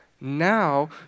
Now